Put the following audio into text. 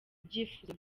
ibyifuzo